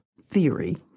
theory